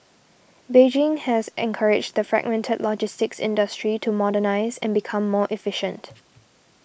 Beijing has encouraged the fragmented logistics industry to modernise and become more efficient